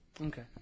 Okay